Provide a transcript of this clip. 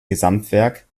gesamtwerk